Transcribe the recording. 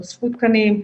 נוספו תקנים,